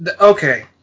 Okay